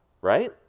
right